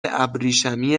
ابریشمی